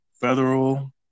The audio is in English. federal